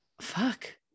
fuck